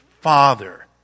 father